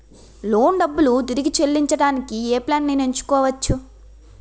Loan డబ్బులు తిరిగి చెల్లించటానికి ఏ ప్లాన్ నేను ఎంచుకోవచ్చు?